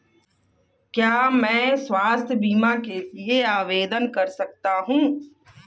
क्या मैं स्वास्थ्य बीमा के लिए आवेदन कर सकता हूँ?